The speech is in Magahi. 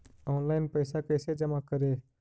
ऑनलाइन पैसा कैसे जमा करे?